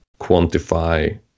quantify